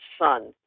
son